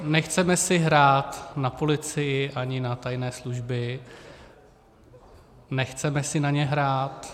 Nechceme si hrát na policii ani na tajné služby, nechceme si na ně hrát.